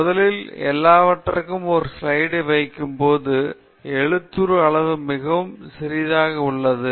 எனவே முதலில் எல்லாவற்றையும் ஒரு ஸ்லைடுக்குள் வைக்கும்போது எழுத்துரு அளவு மிகவும் சிறியதாகிறது